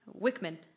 Wickman